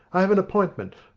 i have an appointment,